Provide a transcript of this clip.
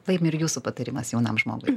laimi ir jūsų patarimas jaunam žmogui